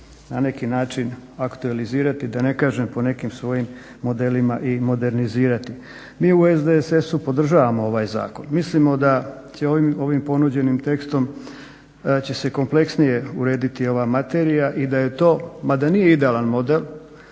na neki način aktualizirati da ne kažem po nekim svojim modelima i modernizirati. Mi u SDSS-u podržavamo ovaj zakon. Mislimo da će ovim ponuđenim tekstom da će se kompleksnije urediti ova materija i da je to mada nije idealan model